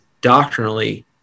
doctrinally